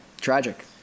tragic